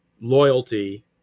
loyalty